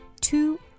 two